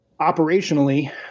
operationally